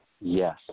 Yes